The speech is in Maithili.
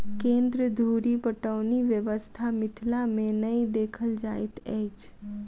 केन्द्र धुरि पटौनी व्यवस्था मिथिला मे नै देखल जाइत अछि